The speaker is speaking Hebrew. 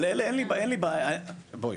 אין לי אין בעיה בואי,